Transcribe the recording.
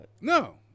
No